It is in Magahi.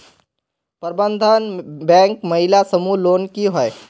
प्रबंधन बैंक महिला समूह लोन की होय?